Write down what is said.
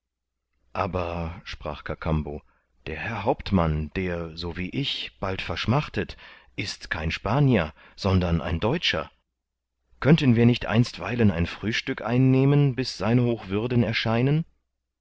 aber sprach kakambo der herr hauptmann der so wie ich bald verschmachtet ist kein spanier sondern ein deutscher könnten wir nicht einstweilen ein frühstück einnehmen bis se hochwürden erscheinen